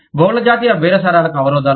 బహుళ జాతీయ బేరసారాలకు అవరోధాలు